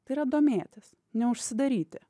tai yra domėtis neužsidaryti